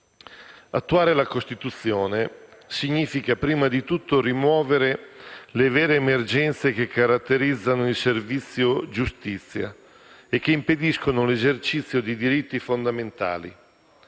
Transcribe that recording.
Attuare la Costituzione significa, prima di tutto, rimuovere le vere emergenze che caratterizzano il servizio giustizia e che impediscono l'esercizio di diritti fondamentali.